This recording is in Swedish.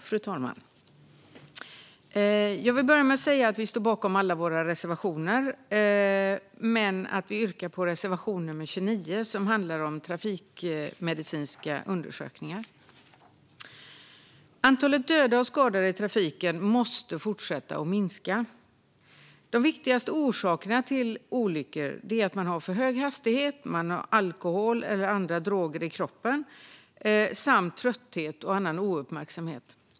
Fru talman! Vi liberaler står bakom alla våra reservationer, men jag yrkar bifall endast till reservation 29, som handlar om trafikmedicinska undersökningar. Antalet döda och skadade i trafiken måste fortsätta att minska. De viktigaste orsakerna till olyckor är för hög hastighet, alkohol och andra droger samt trötthet och annan ouppmärksamhet.